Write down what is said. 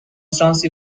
شانسی